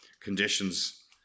conditions